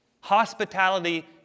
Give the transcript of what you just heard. Hospitality